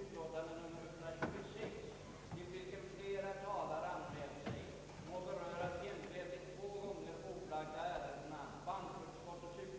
utlåtanden nr 32, 40 och 42 skall dock framställas först efter det respektive utlåtande föredragits.